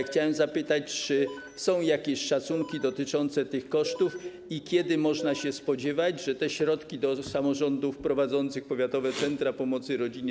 Chciałem zapytać, czy są jakieś szacunki dotyczące tych kosztów i kiedy można się spodziewać, że te środki trafią do samorządów prowadzących powiatowe centra pomocy rodzinie.